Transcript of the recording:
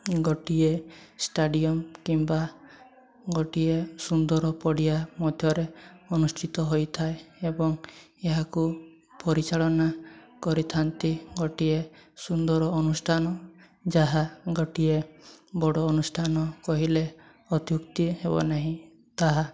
ଗୋଟିଏ ଷ୍ଟାଡ଼ିୟମ କିମ୍ବା ଗୋଟିଏ ସୁନ୍ଦର ପଡ଼ିଆ ମଧ୍ୟରେ ଅନୁଷ୍ଠିତ ହୋଇଥାଏ ଏବଂ ଏହାକୁ ପରିଚାଳନା କରିଥାନ୍ତି ଗୋଟିଏ ସୁନ୍ଦର ଅନୁଷ୍ଠାନ ଯାହା ଗୋଟିଏ ବଡ଼ ଅନୁଷ୍ଠାନ କହିଲେ ଅତ୍ୟୁକ୍ତି ହେବନାହିଁ ତାହା